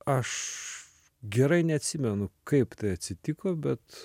aš gerai neatsimenu kaip tai atsitiko bet